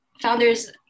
founders